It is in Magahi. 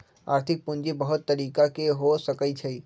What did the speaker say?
आर्थिक पूजी बहुत तरिका के हो सकइ छइ